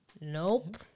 Nope